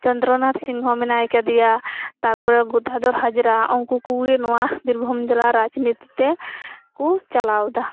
ᱪᱚᱸᱫᱨᱚᱱᱟᱛᱷ ᱥᱤᱝᱦᱚ ᱢᱮᱱᱟᱭ ᱟᱠᱟᱫᱤᱭᱟ ᱛᱟᱯᱚᱨᱮ ᱜᱚᱫᱟ ᱫᱷᱚᱨ ᱦᱟᱡᱨᱟ ᱩᱱᱠᱩ ᱠᱩᱜᱤ ᱱᱚᱣᱟ ᱵᱤᱨᱵᱷᱩᱢ ᱡᱮᱞᱟ ᱨᱟᱡᱽ ᱱᱤᱛᱤ ᱛᱮ ᱠᱩ ᱪᱟᱞᱟᱣᱮᱫᱟ